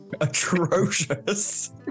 atrocious